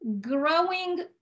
growing